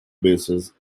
bases